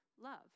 love